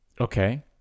Okay